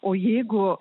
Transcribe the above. o jeigu